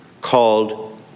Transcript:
called